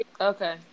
okay